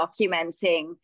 documenting